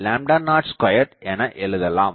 4 ab02 எனஎழுதலாம்